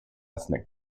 ethnic